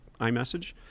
iMessage